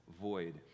void